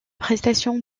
prestation